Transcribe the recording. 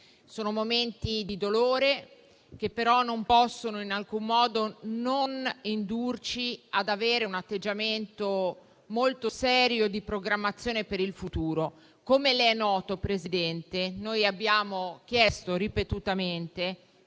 Sono momenti di dolore che però non possono in alcun modo non indurci ad avere un atteggiamento molto serio di programmazione per il futuro. Come le è noto, signor Presidente, noi abbiamo chiesto ripetutamente